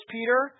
Peter